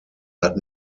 hat